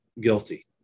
guilty